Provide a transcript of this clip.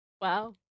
Wow